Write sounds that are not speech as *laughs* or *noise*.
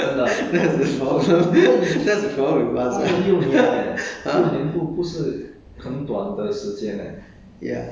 你在那边 [ho] 你就会想另外一边 *laughs* *laughs* that's the problem *laughs* that's the problem with us ah *laughs* !huh!